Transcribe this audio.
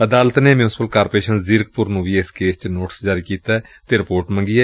ਅਦਾਲਤ ਨੇ municipal corporation Zirakpur ਨੂੰ ਵੀ ਇਸ ਕੇਸ ਵਿਚ ਨੋਟਿਸ ਜਾਰੀ ਕੀਤੈ ਅਤੇ ਰਿਪੋਰਟ ਮੰਗੀ ਏ